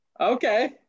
okay